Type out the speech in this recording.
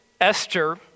Esther